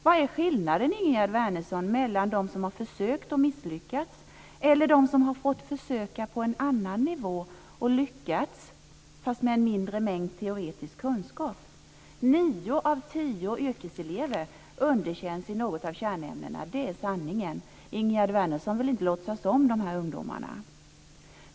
Vad är skillnaden, Ingegerd Wärnersson, mellan dem som har försökt och misslyckats och dem som har fått försöka på en annan nivå och lyckats, fast med en mindre mängd teoretisk kunskap? Nio av tio yrkeselever underkänns i något av kärnämnena. Det är sanningen. Ingegerd Wärnersson vill inte låtsas om de här ungdomarna.